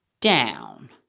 down